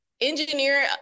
engineer